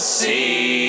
see